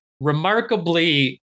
remarkably